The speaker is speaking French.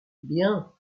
bien